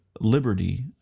Liberty